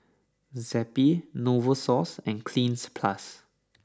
Zappy Novosource and Cleanz plus